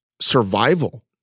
survival